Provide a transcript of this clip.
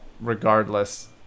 regardless